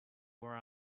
were